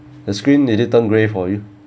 the screen did it turn grey for you